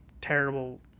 terrible